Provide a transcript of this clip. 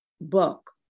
book